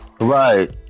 right